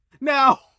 Now